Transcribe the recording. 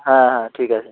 হ্যাঁ হ্যাঁ ঠিক আছে